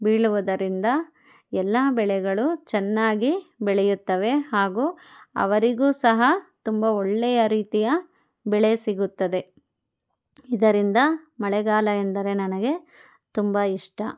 ಬೀಳುವುದರಿಂದ ಎಲ್ಲಾ ಬೆಳೆಗಳು ಚೆನ್ನಾಗಿ ಬೆಳೆಯುತ್ತವೆ ಹಾಗೂ ಅವರಿಗೂ ಸಹ ತುಂಬ ಒಳ್ಳೆಯ ರೀತಿಯ ಬೆಳೆ ಸಿಗುತ್ತದೆ ಇದರಿಂದ ಮಳೆಗಾಲ ಎಂದರೆ ನನಗೆ ತುಂಬ ಇಷ್ಟ